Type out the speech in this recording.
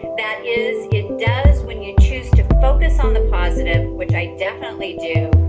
that is, it does when you choose to focus on the positive, which i definitely do.